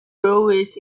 railways